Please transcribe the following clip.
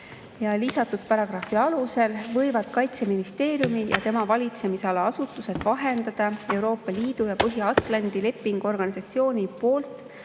Lisatud paragrahvi alusel võivad Kaitseministeeriumi ja tema valitsemisala asutused vahendada Euroopa Liidu ja Põhja-Atlandi Lepingu Organisatsiooni poolt